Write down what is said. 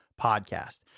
podcast